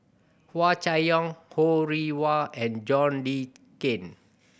Hua Chai Yong Ho Rih Hwa and John Le Cain